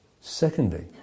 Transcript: Secondly